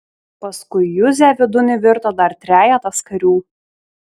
paskui juzę vidun įvirto dar trejetas karių